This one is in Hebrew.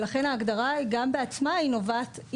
ולכן ההגדרה גם בעצמה היא נובעת,